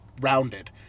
rounded